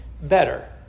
better